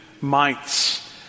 mites